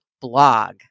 blog